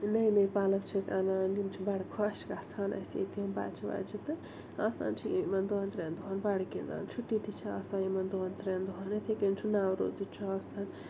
نٔے نٔے پَلَو چھِکھ اَنان یِم چھِ بَڑٕ خوش گژھان اَسہِ ییٚتہِ یِم بَچہٕ وچہٕ تہٕ آسان چھِ یِمَن دۄن ترٛٮ۪ن دۄہَن بَڑٕ گِنٛدان چھُٹی تہِ چھِ آسان یِمَن دۄن ترٛٮ۪ن دۄہَن یِتھَے کٔنۍ چھُ نَوروز تہِ چھُ آسان